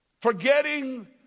Forgetting